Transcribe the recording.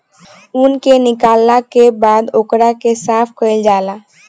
ऊन के निकालला के बाद ओकरा के साफ कईल जाला